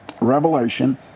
revelation